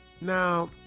Now